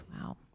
Wow